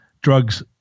drugs